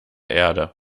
erde